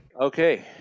okay